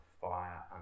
fire